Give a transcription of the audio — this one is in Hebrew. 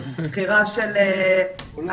זאת הצגה של דברים.